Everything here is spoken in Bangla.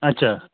আচ্ছা